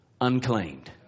unclaimed